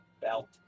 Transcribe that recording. Belt